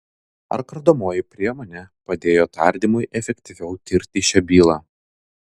ar kardomoji priemonė padėjo tardymui efektyviau tirti šią bylą